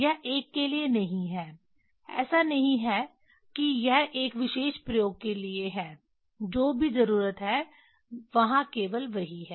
यह एक के लिए नहीं है ऐसा नहीं है कि यह एक विशेष प्रयोग के लिए है जो भी जरूरत है वहां केवल वही है